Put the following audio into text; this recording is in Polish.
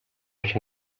się